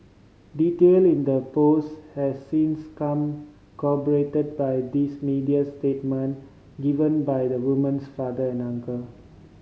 detail in that post has since corroborated by these media statement given by the woman's father and uncle